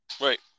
Right